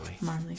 Marley